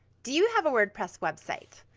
do you have a wordpress website?